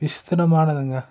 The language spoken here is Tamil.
விசித்திரமானதுங்க